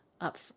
up